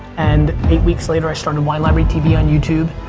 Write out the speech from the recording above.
and eight weeks later, i started wine library tv on youtube.